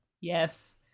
Yes